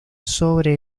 sobre